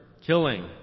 killing